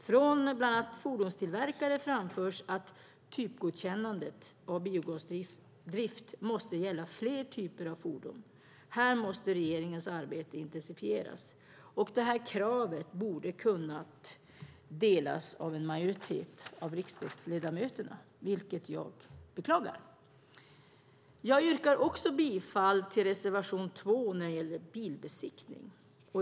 Från bland annat fordonstillverkare framförs att typgodkännandet av biogasdrift måste gälla fler typer av fordon. Här måste regeringens arbete intensifieras. Det kravet borde ha kunnat delas av en majoritet av riksdagsledamöterna. Jag beklagar att det inte är så. Jag yrkar också bifall till reservation 2 när det gäller bilbesiktning.